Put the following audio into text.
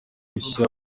bushya